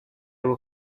will